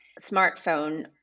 smartphone